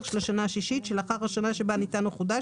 של השנה השישית שלאחר השנה שבה ניתן או חודש,